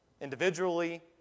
individually